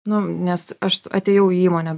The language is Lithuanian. nu nes aš atėjau į įmonę